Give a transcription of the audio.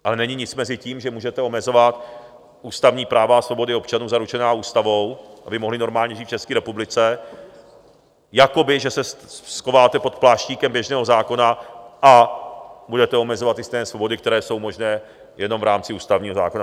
Ale není nic mezi tím, že můžete omezovat ústavní práva a svobody občanů zaručené ústavou, aby mohli normálně žít v České republice, jakoby, že se schováte pod pláštíkem běžného zákona a budete omezovat ty stejné svobody, které jsou možné jenom v rámci ústavního zákona.